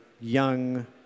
young